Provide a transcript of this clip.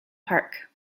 park